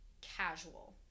casual